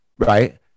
Right